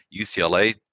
UCLA